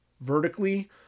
vertically